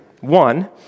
One